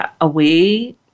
away